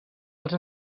els